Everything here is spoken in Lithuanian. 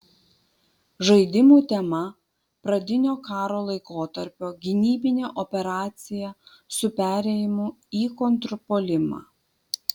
žaidimų tema pradinio karo laikotarpio gynybinė operacija su perėjimu į kontrpuolimą